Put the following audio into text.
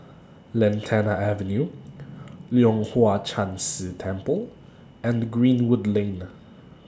Lantana Avenue Leong Hwa Chan Si Temple and Greenwood Lane